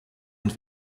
und